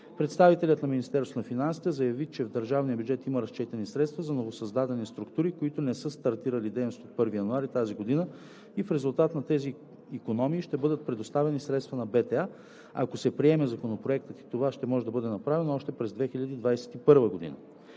Представителят на Министерството на финансите заяви, че в държавния бюджет има разчетени средства за новосъздадени структури, които не са стартирали дейност от 1 януари тази година, и в резултат на тези икономии ще бъдат предоставени средства на БТА, ако се приеме Законопроектът, и това ще може да бъде направено още през 2021 г.